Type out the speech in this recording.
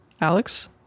Alex